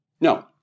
No